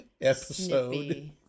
episode